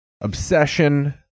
obsession